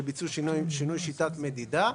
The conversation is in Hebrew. כשביצעו שינוי בשיטת מדידה,